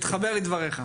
מתחבר לדבריך.